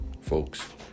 folks